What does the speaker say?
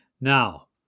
now